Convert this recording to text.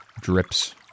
drips